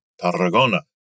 Tarragona